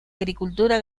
agricultura